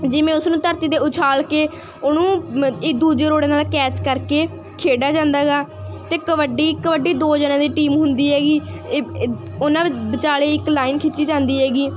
ਜਿਵੇਂ ਉਸ ਨੂੰ ਧਰਤੀ ਦੇ ਉਛਾਲ ਕੇ ਉਹਨੂੰ ਇਹ ਦੂਜੇ ਰੋੜੇ ਨਾਲ ਕੈਚ ਕਰਕੇ ਖੇਡਿਆ ਜਾਂਦਾ ਗਾ ਅਤੇ ਕਬੱਡੀ ਕਬੱਡੀ ਦੋ ਜਣਿਆਂ ਦੀ ਟੀਮ ਹੁੰਦੀ ਹੈਗੀ ਇ ਇ ਉਹਨਾਂ ਵਿਚਾਲੇ ਇੱਕ ਲਾਈਨ ਖਿੱਚੀ ਜਾਂਦੀ ਹੈਗੀ